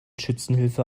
schützenhilfe